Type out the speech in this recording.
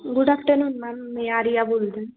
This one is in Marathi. गुड आफ्टरनून मॅम मी आर्या बोलते